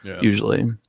usually